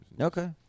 okay